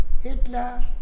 Hitler